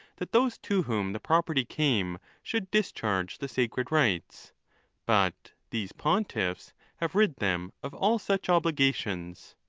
that those to whom the property came should discharge the sacred rites but these pontiffs have rid them of all such obligations.